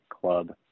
club